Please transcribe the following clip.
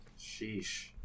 Sheesh